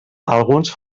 alguns